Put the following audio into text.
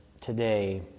today